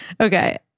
Okay